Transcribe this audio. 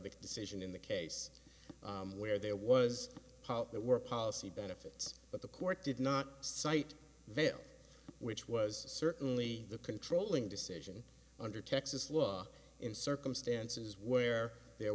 the decision in the case where there was there were policy benefits but the court did not cite vale which was certainly the controlling decision under texas law in circumstances where there